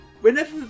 whenever